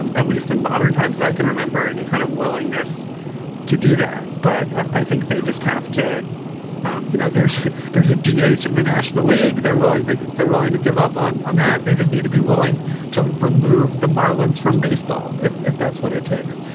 um at least in modern times. i can remember any kind of willingness to do that. but i think they just have to um you know, there's there's a d h in the national league. they're willing to they're willing to give up on on that. they just need to be willing to remove the marlins from baseball, if if that's what it takes.